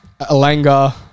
Alanga